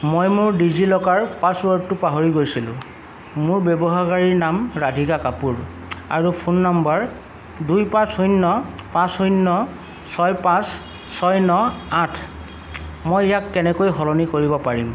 মই মোৰ ডিজিলকাৰ পাছৱাৰ্ডটো পাহৰি গৈছিলো মোৰ ব্যৱহাৰকাৰীৰ নাম ৰাধিকা কাপোৰ আৰু ফোন নম্বৰ দুই পাঁচ শূন্য় পাঁচ শূন্য় ছয় পাঁচ ছয় ন আঠ মই ইয়াক কেনেকৈ সলনি কৰিব পাৰিম